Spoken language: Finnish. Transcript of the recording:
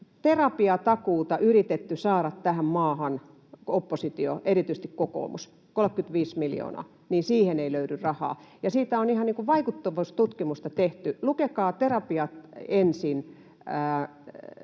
terapiatakuuta yritetty saada tähän maahan — oppositio, erityisesti kokoomus, 35 miljoonaa — mutta siihen ei löydy rahaa. Siitä on ihan vaikuttavuustutkimusta tehty. Lukekaa Terapiat